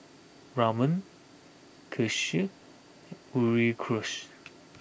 Ramen Kheer and Sauerkraut